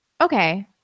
Okay